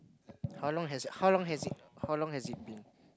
how long has it how long has it how long has it been